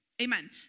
Amen